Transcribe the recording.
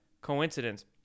coincidence